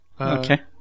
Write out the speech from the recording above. Okay